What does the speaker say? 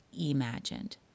imagined